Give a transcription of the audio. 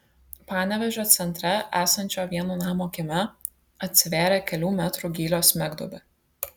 panevėžio centre esančio vieno namo kieme atsivėrė kelių metrų gylio smegduobė